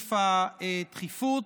בסעיף הדחיפות.